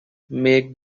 make